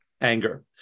anger